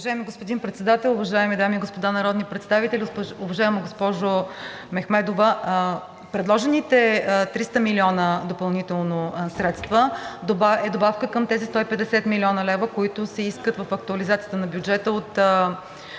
Уважаеми господин Председател, уважаеми дами и господа народни представители! Уважаема госпожо Мехмедова, предложените 300 милиона допълнително средства са добавка към тези 150 млн. лв., които се искат в актуализацията на бюджета от